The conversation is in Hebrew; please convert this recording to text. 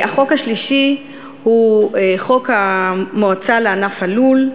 החוק השלישי הוא חוק המועצה לענף הלול,